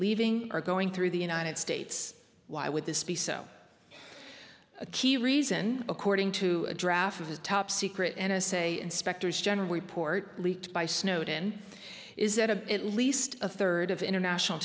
leaving or going through the united states why would this be so a key reason according to a draft of his top secret n s a inspectors general report leaked by snowden is that of at least a third of international